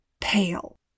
pale